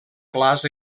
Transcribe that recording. clars